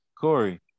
Corey